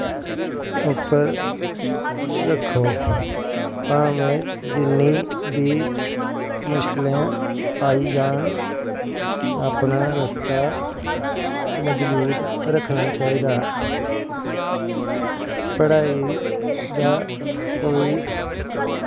उप्पर रक्खो भावें जिन्नी बी मुश्कलां आई जान अपना रस्ता मजबूत रक्खना चाहिदा पढ़ाई दा कोई